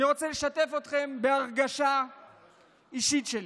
אני רוצה לשתף אתכם בהרגשה אישית שלי